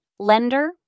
lender